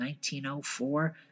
1904